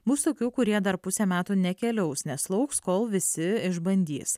bus tokių kurie dar pusę metų nekeliaus nes lauks kol visi išbandys